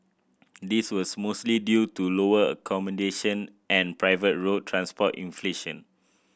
this was mostly due to lower accommodation and private road transport inflation